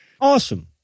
Awesome